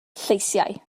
lleisiau